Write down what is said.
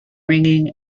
ringing